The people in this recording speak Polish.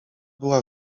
była